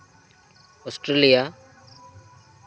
Australia